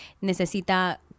necesita